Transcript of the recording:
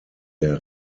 der